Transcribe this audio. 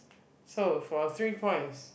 so for three points